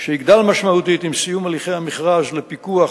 שיגדל משמעותית עם סיום הליכי המכרז לפיקוח